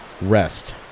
Rest